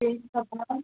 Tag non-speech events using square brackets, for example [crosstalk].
[unintelligible]